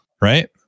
Right